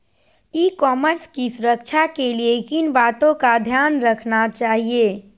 ई commerce की सुरक्षा के लिए किन बातों का ध्यान रखना चाहिए?